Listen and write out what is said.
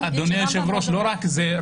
לא רק זה.